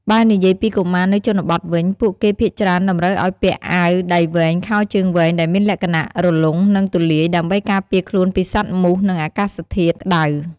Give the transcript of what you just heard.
បើនិយាយពីកុមារនៅជនបទវិញ ពួកគេភាគច្រើនតម្រូវឲ្យពាក់អាវដៃវែងខោជើងវែងដែលមានលក្ខណៈរលុងនិងទូលាយដើម្បីការពារខ្លួនពីសត្វមូសនិងអាកាសធាតុក្ដៅ។